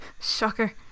Shocker